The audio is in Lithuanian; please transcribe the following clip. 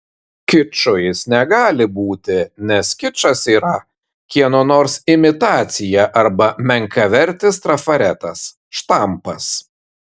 kiču jis negali būti nes kičas yra kieno nors imitacija arba menkavertis trafaretas štampas